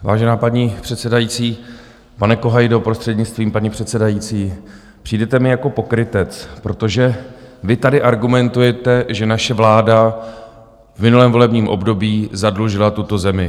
Vážená paní předsedající, pane Kohajdo prostřednictvím paní předsedající, přijdete mi jako pokrytec, protože vy tady argumentujete, že naše vláda v minulém volebním období zadlužila tuto zemi.